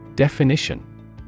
Definition